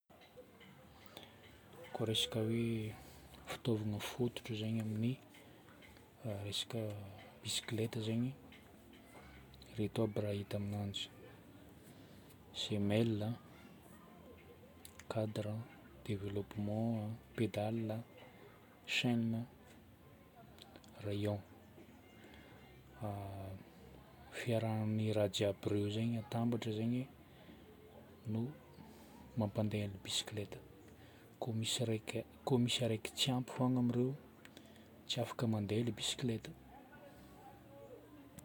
Koa resaka hoe fitaovagna fototra zagny amin'ny resaka bisikileta zaigny, ireto aby raha hita aminanjy: sémelle, cadre, développement, pédales, chaînes, rayons. Fiarahan'ny raha jiaby ireo zegny atambatra zegny no mampandeha ny bisikileta. Koa misy raika, koa misy araiky tsy ampy fogna amin'ireo, tsy afaka mandeha ilay bisikileta.